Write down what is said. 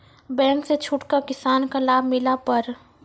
Bank से छूट का किसान का लाभ मिला पर?